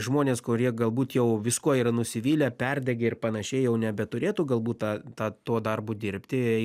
žmonės kurie galbūt jau viskuo yra nusivylę perdegę ir panašiai jau nebeturėtų galbūt tą tą to darbo dirbti